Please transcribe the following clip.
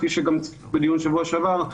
כפי שגם נאמר בדיון בשבוע שעבר,